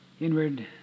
inward